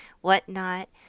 whatnot